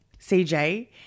CJ